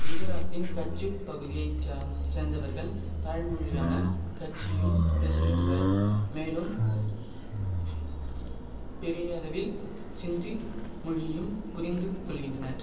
குஜராத்தின் கச்சுப் பகுதியை சா சேர்ந்தவர்கள் தாய்மொழியான கச்சியும் பேசுகின்றனர் மேலும் பெரியளவில் சிந்தி மொழியும் புரிந்துக்கொள்கின்றனர்